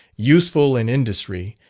useful in industry,